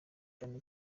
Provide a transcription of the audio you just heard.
cyane